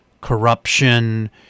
corruption